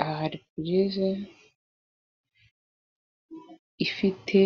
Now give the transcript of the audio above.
Aha hari purize ifite